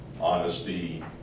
honesty